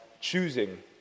choosing